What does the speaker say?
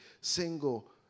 single